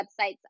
websites